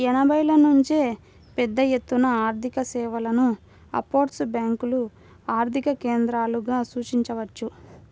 ఎనభైల నుంచే పెద్దఎత్తున ఆర్థికసేవలను ఆఫ్షోర్ బ్యేంకులు ఆర్థిక కేంద్రాలుగా సూచించవచ్చు